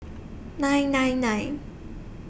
nine nine nine